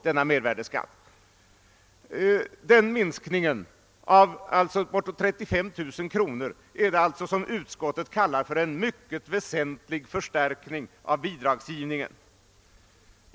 Denna minskning på bortåt 35000 kronor är det alltså som utskottet kallar en mycket väsentlig förstärkning av bidragsgivningen.